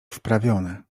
wprawione